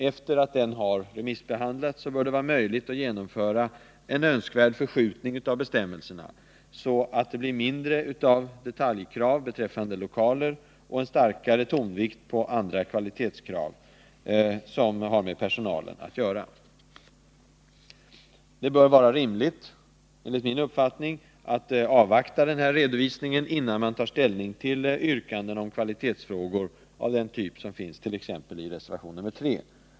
Efter det att promemorian har remissbehandlats bör det vara möjligt att genomföra en önskvärd förskjutning av bestämmelserna, så att det blir färre detaljkrav beträffande lokaler och en starkare tonvikt på andra kvalitetskrav som har med personalen att göra. Det bör enligt min uppfattning vara rimligt att avvakta denna redovisning innan man tar ställning till yrkanden om kvalitetsfrågor av den typ som t.ex. finns i reservation nr 3.